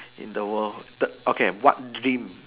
in the world the okay what dream